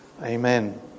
Amen